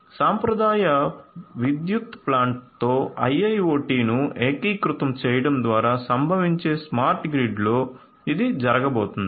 సాంప్రదాయ విద్యుత్ ప్లాంట్తో IIoT ను ఏకీకృతం చేయడం ద్వారా సంభవించే స్మార్ట్ గ్రిడ్లో ఇది జరగబోతోంది